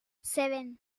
seven